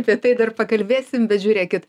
apie tai dar pakalbėsim bet žiūrėkit